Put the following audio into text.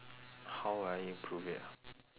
how will I improve it ah